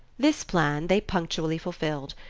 this plan they punctually fulfilled,